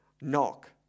knock